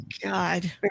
god